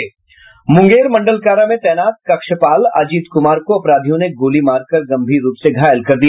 मुंगेर मंडलकारा में तैनात कक्षपाल अजीत कुमार को अपराधियों ने गोली मार कर गम्भीर रूप से घायल कर दिया